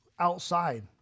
Outside